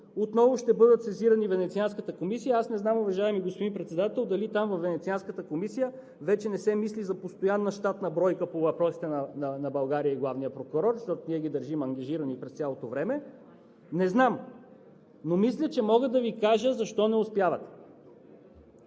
отново ще бъде сезирана Венецианската комисия. Аз не знам, уважаеми господин Председател, дали във Венецианската комисия вече не се мисли за постоянна щатна бройка по въпросите на България и главния прокурор, защото ние ги държим ангажирани през цялото време. Не знам, но мисля, че мога да Ви кажа защо не успявате.